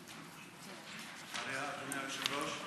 אחריה, אדוני היושב-ראש?